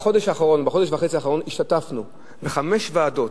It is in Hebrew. בחודש וחצי האחרונים השתתפנו בישיבות בחמש ועדות,